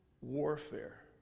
warfare